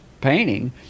painting